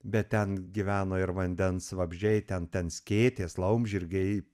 bet ten gyveno ir vandens vabzdžiai ten ten skėtės laumžirgiai